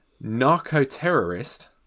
narco-terrorist